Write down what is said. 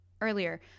earlier